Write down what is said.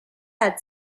had